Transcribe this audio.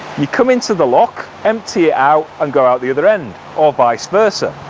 you come into the lock empty out and go out the other end or vice versa.